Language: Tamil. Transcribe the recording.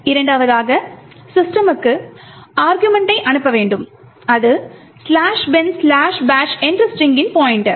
இரண்டாவதாக system க்கு அருகுமெண்ட்டை அனுப்ப வேண்டும் அது "binbash" என்ற ஸ்ட்ரிங்கின் பாய்ண்ட்டர்